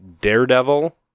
Daredevil